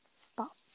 Stop